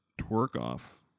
twerk-off